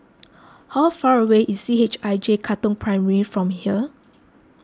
how far away is C H I J Katong Primary from here